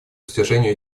достижению